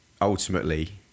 ultimately